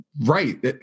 right